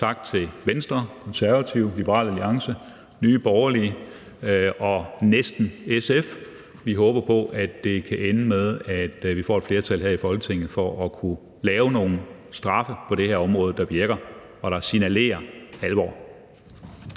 Tak til Venstre, Konservative, Liberal Alliance, Nye Borgerlige og næsten SF. Vi håber på, at det kan ende med, at vi får et flertal her i Folketinget for at kunne lave nogle straffe på det her område, der virker og signalerer alvor.